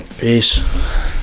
Peace